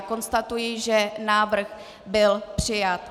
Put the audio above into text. Konstatuji, že návrh byl přijat.